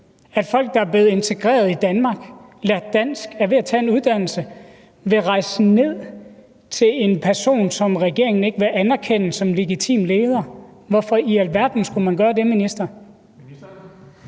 at folk, der er blevet integreret i Danmark, har lært dansk, er ved at tage en uddannelse, vil rejse ned til en person, som regeringen ikke vil anerkende som legitim leder? Hvorfor i alverden skulle man gøre det, minister?